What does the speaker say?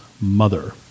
mother